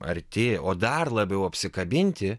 arti o dar labiau apsikabinti